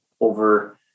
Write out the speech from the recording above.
over